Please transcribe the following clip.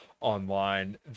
online